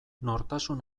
nortasun